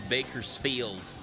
Bakersfield